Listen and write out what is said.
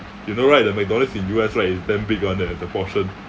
you know right the mcdonald's in U_S right is damn big one eh the portion